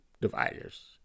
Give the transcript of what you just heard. dividers